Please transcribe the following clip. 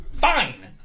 Fine